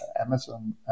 Amazon